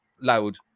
loud